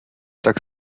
tak